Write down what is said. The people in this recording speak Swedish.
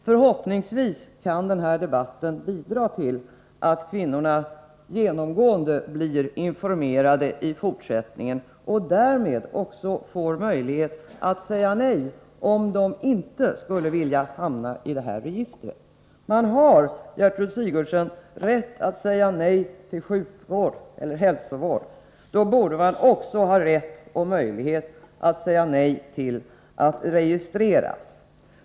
Förhoppningsvis kan den här debatten bidra till att kvinnorna genomgående blir informerade i fortsättningen och därmed också får möjlighet att säga nej, om de inte skulle vilja hamna i registret. Man har, Gertrud Sigurdsen, rätt att säga nej till sjukvård eller hälsovård. Då borde man också ha rätt och möjlighet att säga nej till att registreras.